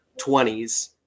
20s